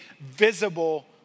visible